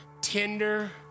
tender